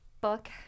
book